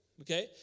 Okay